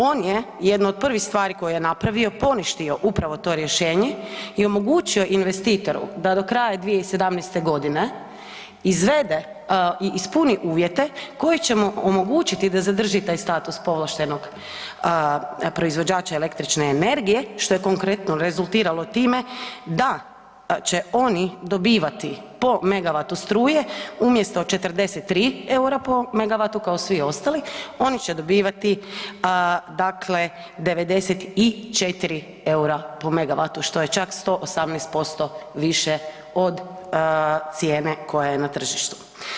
On je jednu od prvih stvari koju je napravio poništio upravo to rješenje i omogućio investitoru da do kraja 2017. godine izvede i ispuni uvjete koji će mu omogućiti da zadrži taj status povlaštenog proizvođača električne energije što je konkretno rezultiralo time da će oni dobivati po megavatu struje umjesto 43 EUR-a po megavatu kao svi ostali, oni će dobivati dakle 94 EUR-a po megavatu što je čak 118% više od cijene koja je na tržištu.